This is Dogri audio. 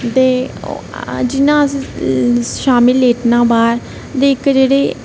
ते जियां अस शामी लेटना बाहर दे इक जेहड़ी